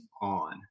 on